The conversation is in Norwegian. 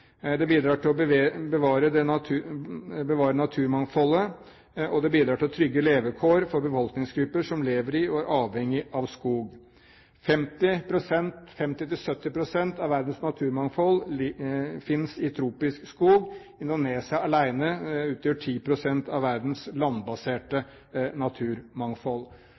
Det bidrar til å bevare naturmangfoldet, og det bidrar til å trygge levekår for befolkningsgrupper som lever i og er avhengige av skog. 50–70 pst. av verdens naturmangfold finnes i tropisk skog. Indonesia alene utgjør 10 pst. av verdens landbaserte naturmangfold.